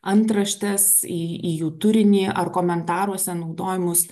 antraštes į į jų turinį ar komentaruose naudojamus